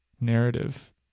narrative